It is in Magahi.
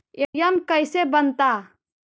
ए.टी.एम कैसे बनता?